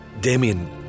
Damien